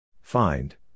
Find